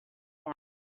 now